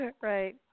right